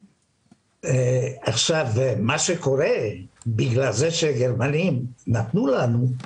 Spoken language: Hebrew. בנוסף, בגלל שהגרמנים נתנו לנו,